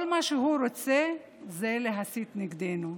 כל מה שהוא רוצה זה להסית נגדנו.